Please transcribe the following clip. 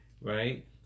right